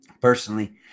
personally